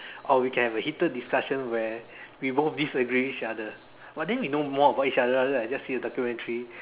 or we can have a heated discussion where we both disagree each other but then we know about each other rather than just seeing a documentary